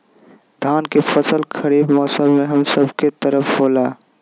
धान के फसल खरीफ मौसम में हम सब के तरफ होला